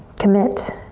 commit.